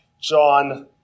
John